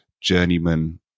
journeyman